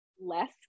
less